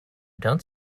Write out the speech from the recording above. don’t